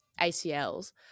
ACLs